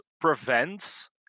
prevents